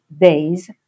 days